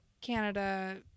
Canada